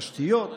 תשתיות,